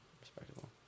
Respectable